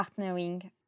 partnering